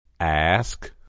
Ask